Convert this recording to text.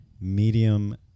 medium